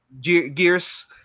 Gears